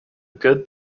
good